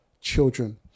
children